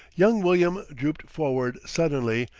young william drooped forward suddenly,